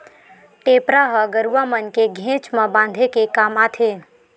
टेपरा ह गरुवा मन के घेंच म बांधे के काम आथे